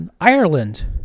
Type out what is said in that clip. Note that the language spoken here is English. Ireland